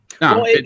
No